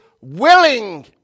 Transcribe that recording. willing